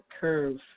curve